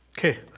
Okay